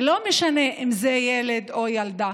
לא משנה אם זה ילד או ילדה.